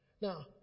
Now